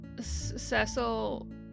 Cecil